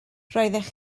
roeddech